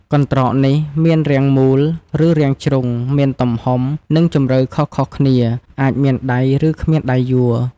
កន្រ្តកនេះដែរ មានរាងមូល ឬរាងជ្រុង មានទំហំ និងជម្រៅខុសៗគ្នា អាចមានដៃ ឬគ្មានដៃយួរ។